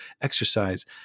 exercise